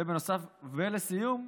ולסיום,